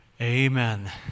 Amen